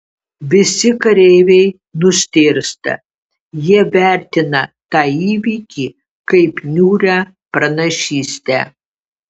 visi kareiviai nustėrsta jie vertina tą įvykį kaip niūrią pranašystę